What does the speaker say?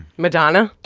madonna?